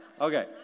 Okay